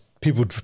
people